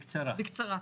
בקצרה.